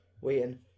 waiting